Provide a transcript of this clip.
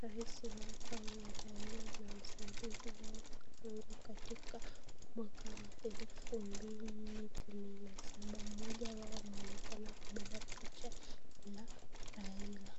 raisi wao awe Raila na msaidizi wao Kalonzo katika mwaka 2017 mmoja wao anaonekana kubeba picha la Raila.